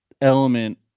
element